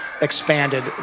expanded